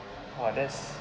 !wah! that's